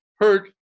hurt